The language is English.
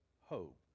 hope